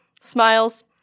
smiles